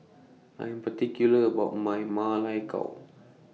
I Am particular about My Ma Lai Gao